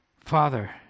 Father